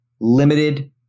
limited